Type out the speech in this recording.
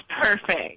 perfect